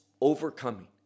overcoming